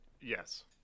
Yes